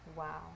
Wow